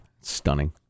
stunning